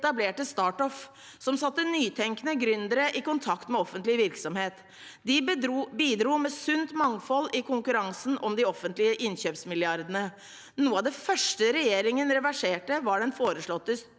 etablerte StartOff, som satte nytenkende gründere i kontakt med offentlig virksomhet. De bidro med sunt mangfold i konkurransen om de offentlige innkjøpsmilliardene. Noe av det første regjeringen reverserte da de tok